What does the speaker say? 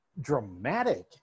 dramatic